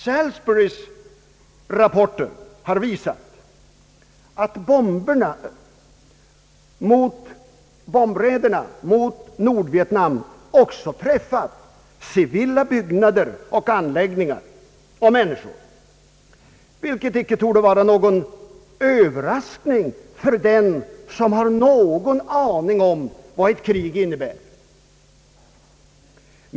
Salisburys rapporter har visat, att bomberna mot Nordvietnam också träffat civila byggnader och anläggningar samt människor, vilket inte torde vara någon överraskning för den som har någon aning om vad ett krig innebär.